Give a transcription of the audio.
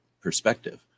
perspective